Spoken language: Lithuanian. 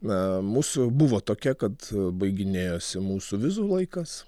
na mūsų buvo tokia kad baiginėjosi mūsų vizų laikas